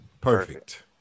Perfect